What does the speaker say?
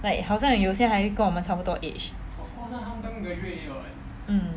like 好像有些还跟我们差不多 age